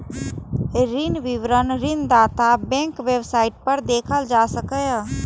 ऋणक विवरण ऋणदाता बैंकक वेबसाइट पर देखल जा सकैए